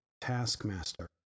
taskmaster